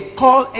call